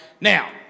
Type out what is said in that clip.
Now